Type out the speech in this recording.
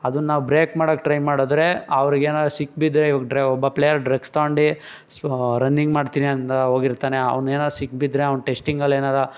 ಅದನ್ನ ನಾವು ಬ್ರೇಕ್ ಮಾಡಕ್ಕೆ ಟ್ರೈ ಮಾಡಿದ್ರೆ ಅವ್ರಿಗೆ ಏನಾದ್ರು ಸಿಕ್ಕಿ ಬಿದ್ದರೆ ಇವಾಗ ಒಬ್ಬ ಪ್ಲೇಯರ್ ಡ್ರಗ್ಸ್ ತಗೊಂಡಿ ರನ್ನಿಂಗ್ ಮಾಡ್ತಿನಿ ಅಂತ ಹೋಗಿರ್ತಾನೆ ಅವ್ನು ಏನಾರೂ ಸಿಕ್ಕಿ ಬಿದ್ದರೆ ಅವ್ನು ಟೆಸ್ಟಿಂಗಲ್ಲಿ ಏನಾರೂ